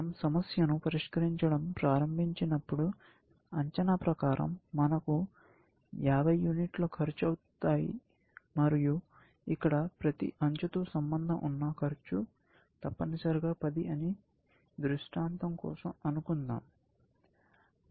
మనం సమస్యను పరిష్కరించడం ప్రారంభించినప్పుడు అంచనా ప్రకారం మనకు 50 యూనిట్లు ఖర్చవుతాయి మరియు ఇక్కడ ప్రతి అంచుతో సంబంధం ఉన్న ఖర్చు తప్పనిసరిగా 10 అని దృష్టాంతం కోసం అనుకుందాం